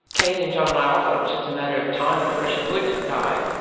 katie and john and i all thought it was just a matter of time before she would die,